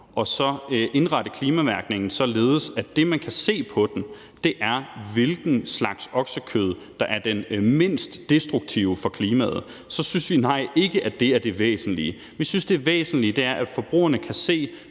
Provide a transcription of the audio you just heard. og så indrette klimamærkningen således, at det, man kan se på den, er, hvilken slags oksekød der er den mindst destruktive for klimaet, så vil jeg sige, at nej, det synes vi ikke er det væsentlige. Vi synes, det væsentlige er, at forbrugerne kan se,